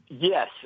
Yes